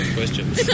questions